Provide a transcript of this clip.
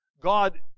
God